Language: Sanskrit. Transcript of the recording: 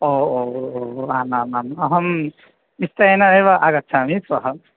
ओ ओ ओ आमामाम् अहं निश्चयेन एव आगच्छामि श्वः